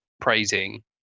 praising